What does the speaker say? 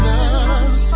Love